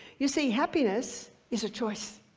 you see, happiness is a choice.